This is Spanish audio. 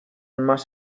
más